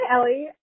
Ellie